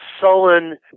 sullen